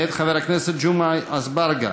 מאת חבר הכנסת ג'מעה אזברגה.